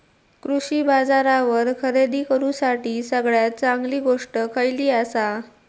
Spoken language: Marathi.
कृषी बाजारावर खरेदी करूसाठी सगळ्यात चांगली गोष्ट खैयली आसा?